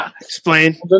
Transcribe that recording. Explain